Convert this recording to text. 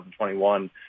2021